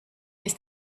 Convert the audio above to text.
ist